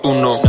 Uno